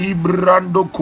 Ibrando